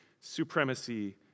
supremacy